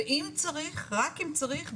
ורק אם צריך,